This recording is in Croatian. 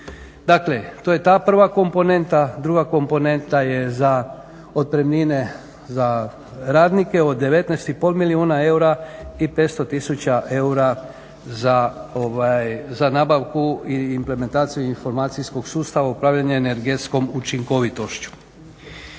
Dakle to je ta prva komponenta. Druga komponenta je za otpremnine za radnike, od 19,5 milijuna eura i 500 000 eura za nabavku i implementaciju informacijskog sustava upravljanja energetskom učinkovitošću.